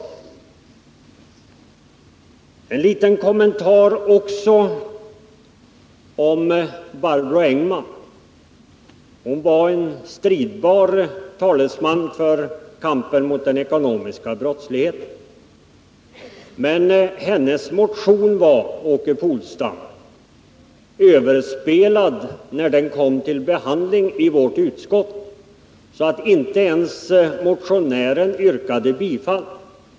En liten kommentar om Barbro Engman-Nordin. Hon var en stridbar talesman i kampen mot den ekonomiska brottsligheten, men hennes motion var, Åke Polstam, överspelad när den kom upp till behandling i vårt utskott. Inte ens motionären yrkade bifall.